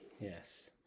Yes